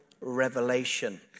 revelation